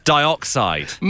Dioxide